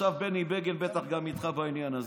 עכשיו בני בגין בטח איתך גם בעניין הזה,